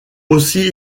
aussi